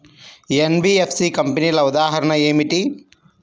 NBFC కంపెనీల ఉదాహరణ ఏమిటి?